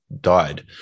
died